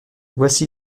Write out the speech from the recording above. voici